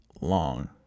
long